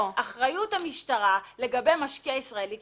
אחריות המשטרה לגבי משקיע ישראלי,